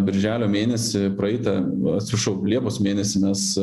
birželio mėnesį praeitą atsiprašau liepos mėnesį nes